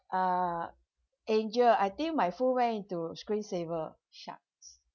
uh angel I think my phone went into screensaver shucks